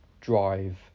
drive